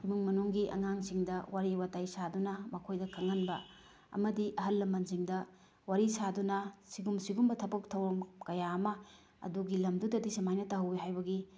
ꯏꯃꯨꯡ ꯃꯅꯨꯡꯒꯤ ꯑꯉꯥꯡꯁꯤꯡꯗ ꯋꯥꯔꯤ ꯋꯥꯇꯥꯏ ꯁꯥꯗꯨꯅ ꯃꯈꯣꯏꯗ ꯈꯪꯍꯟꯕ ꯑꯃꯗꯤ ꯑꯍꯜ ꯂꯃꯜꯁꯤꯡꯗ ꯋꯥꯔꯤ ꯁꯥꯗꯨꯅ ꯁꯤꯒꯨꯝ ꯁꯤꯒꯨꯝꯕ ꯊꯕꯛ ꯊꯧꯔꯝ ꯀꯌꯥ ꯑꯃ ꯑꯗꯨꯒꯤ ꯂꯝꯗꯨꯗꯒꯤ ꯁꯨꯃꯥꯏꯅ ꯇꯧꯍꯧꯏ ꯍꯥꯏꯕꯒꯤ